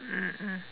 mm mm